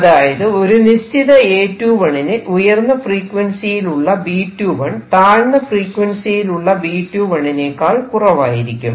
അതായത് ഒരു നിശ്ചിത A21 ന് ഉയർന്ന ഫ്രീക്വൻസിയിൽ ഉള്ള B21 താഴ്ന്ന ഫ്രീക്വൻസിയിൽ ഉള്ള B21 നേക്കാൾ കുറവായിരിക്കും